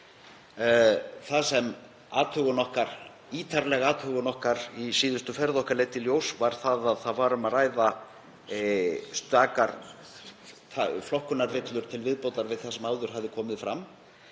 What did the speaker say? Það sem ítarleg athugun okkar í síðustu ferð okkar leiddi í ljós var að það var um að ræða stakar flokkunarvillur til viðbótar við það sem áður hafði komið fram.